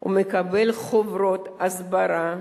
הוא מקבל חוברות הסברה,